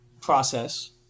process